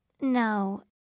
No